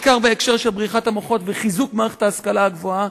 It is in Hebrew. בעיקר בהקשר של בריחת המוחות וחיזוק מערכת ההשכלה הגבוהה,